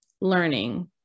learning